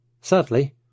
Sadly